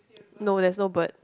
no there is no bird